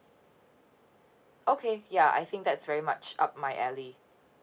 okay ya I think that's very much up my alley